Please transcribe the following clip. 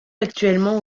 actuellement